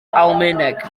almaeneg